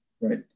right